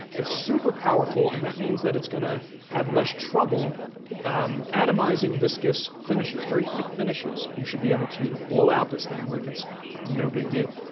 it's super powerful, and that means that it's going to have less trouble um atomizing viscous finishes, very thick finishes. you should be able to blow out this thing like it's no big deal.